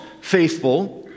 faithful